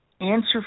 answer